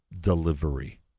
delivery